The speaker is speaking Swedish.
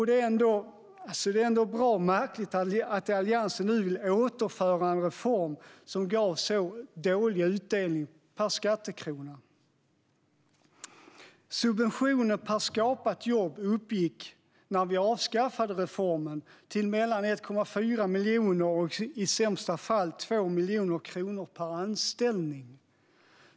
Det är ändå bra märkligt att Alliansen vill återinföra en reform som gav så dålig utdelning per skattekrona. Subventionen per skapat jobb uppgick, när vi avskaffade reformen, till mellan 1,4 och i sämsta fall 2 miljoner kronor per anställning.